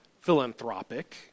philanthropic